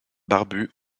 barbu